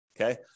Okay